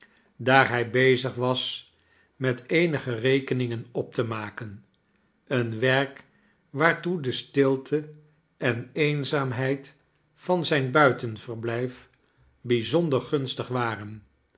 daar hij bezig was met eenige rekeningen op te maken een werk waartoe de stilte en eenzaamheid van zijn buitenverblyf bijzonder gunstig waren